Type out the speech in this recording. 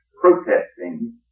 protesting